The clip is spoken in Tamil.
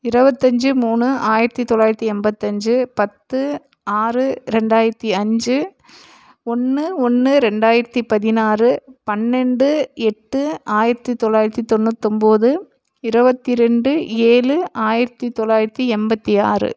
இருபத்தஞ்சு மூணு ஆயிரத்தி தொள்ளாயிரத்தி எண்பத்தஞ்சு பத்து ஆறு ரெண்டாயிரத்தி அஞ்சு ஒன்று ஒன்று ரெண்டாயிரத்தி பதினாறு பன்னெண்டு எட்டு ஆயிரத்தி தொள்ளாயிரத்தி தொண்ணூத்தொம்போது இருபத்தி ரெண்டு ஏழு ஆயிரத்தி தொள்ளாயிரத்தி எண்பத்தி ஆறு